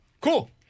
Cool